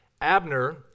Abner